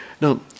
now